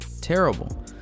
terrible